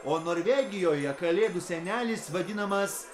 o norvegijoje kalėdų senelis vadinamas